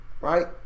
right